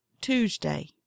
Tuesday